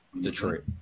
Detroit